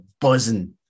buzzing